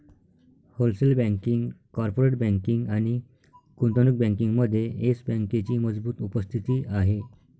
wholesale banking, corporate banking आणि गुंतवणूक बँकिंगमध्ये येस बँकेची मजबूत उपस्थिती आहे